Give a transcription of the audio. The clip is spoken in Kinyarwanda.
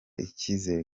icyizere